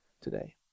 today